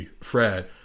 Fred